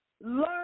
Learn